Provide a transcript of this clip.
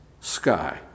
sky